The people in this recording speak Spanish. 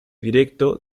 directo